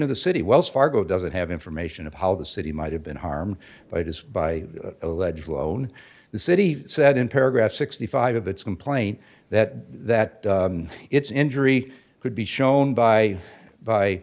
of the city wells fargo doesn't have information of how the city might have been harmed by it is by alleged loan the city said in paragraph sixty five of its complaint that that its injury could be shown by by